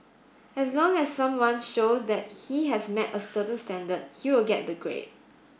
as long as someone shows that he has met a certain standard he will get the grade